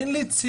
אין לי צילום,